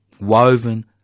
woven